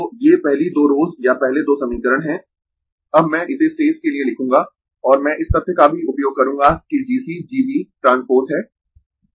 तो ये पहली दो रोस या पहले दो समीकरण है अब मैं इसे शेष के लिए लिखूंगा और मैं इस तथ्य का भी उपयोग करूंगा कि G C G b transpose है